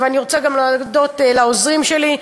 אני גם רוצה להודות לעוזרים שלי,